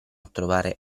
trovare